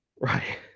right